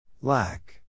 Lack